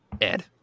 Ed